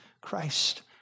Christ